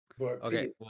Okay